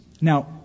Now